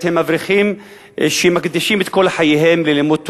אברכים שמקדישים את כל חייהם ללימוד תורה.